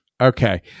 Okay